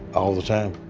all the time